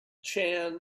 chan